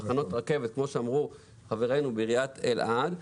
תחנות רכבת כמו שאמרו חברינו מעירית אלעד,